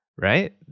Right